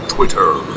Twitter